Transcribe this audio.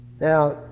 Now